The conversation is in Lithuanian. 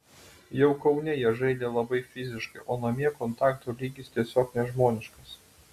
jau kaune jie žaidė labai fiziškai o namie kontakto lygis tiesiog nežmoniškas